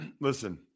Listen